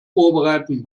vorbereiten